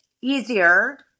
easier